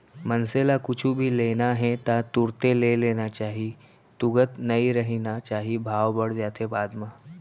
मनसे ल कुछु भी लेना हे ता तुरते ले लेना चाही तुगत नइ रहिना चाही भाव बड़ जाथे बाद म